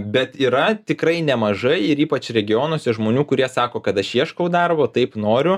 bet yra tikrai nemažai ir ypač regionuose žmonių kurie sako kad aš ieškau darbo taip noriu